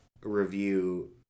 review